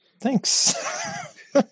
Thanks